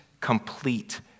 complete